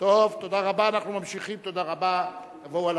אנחנו שותפים מלאים לזה.